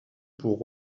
pour